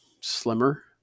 slimmer